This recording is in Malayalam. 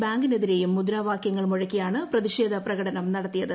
ബാങ്കിനെതിരെയും മുദ്രാവാക്യങ്ങൾ മുഴക്കിയാണ് പ്രതിഷേധ പ്രകടനം നടത്തിയത്